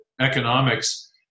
economics